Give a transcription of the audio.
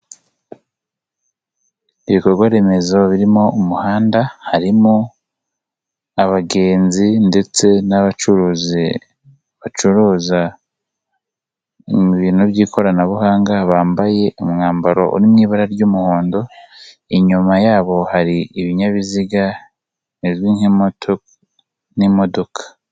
Ibikorwa remezo birimo umuhanda, harimo abagenzi ndetse n'abacuruzi bacuruza mu bintu by'ikoranabuhanga, bambaye umwambaro uri mu ibara ry'umuhondo, inyuma yabo hari ibinyabiziga bizwi nka moto n'imodoka.